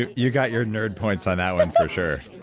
you you got your nerd points on that one, for sure